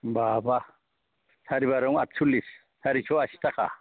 बा बा सारि बार' आथसल्लिस सारिस' आसि थाखा